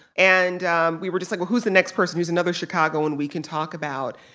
and we were just like, well, who's the next person who's another chicagoan we can talk about?